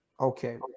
Okay